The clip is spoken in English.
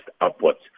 upwards